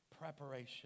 preparation